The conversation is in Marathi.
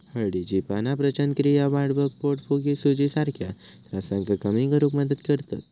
हळदीची पाना पचनक्रिया वाढवक, पोटफुगी, सुजीसारख्या त्रासांका कमी करुक मदत करतत